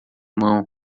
mão